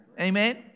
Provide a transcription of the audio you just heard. Amen